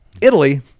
italy